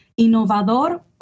innovador